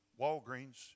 Walgreens